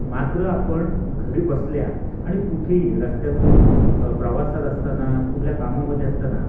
मात्र आपण घरबसल्या आणि कुठेही रस्त्यातून प्रवासात असताना कुठल्या कामामध्ये असताना